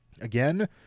Again